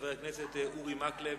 חבר הכנסת אורי מקלב,